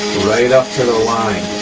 right up to the line.